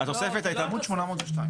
זה לא בתוספת.